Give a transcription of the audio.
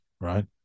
right